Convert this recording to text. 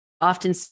often